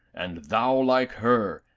and thou, like her,